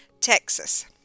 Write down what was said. texas